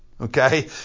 okay